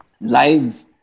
live